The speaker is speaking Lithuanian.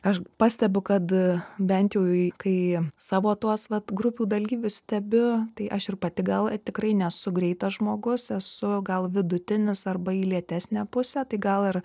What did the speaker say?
aš pastebiu kad bent jau kai savo tuos vat grupių dalyvius stebiu tai aš ir pati gal tikrai nesu greitas žmogus esu gal vidutinis arba į lėtesnę pusę tai gal ir